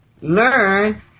learn